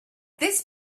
this